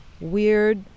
weird